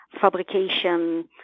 fabrication